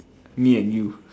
me and you